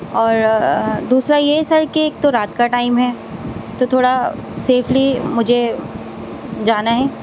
اور دوسرا یہ سر کہ ایک تو رات کا ٹائم ہے تو تھوڑا سیفلی مجھے جانا ہے